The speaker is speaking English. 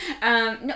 No